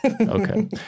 Okay